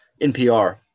NPR